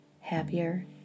happier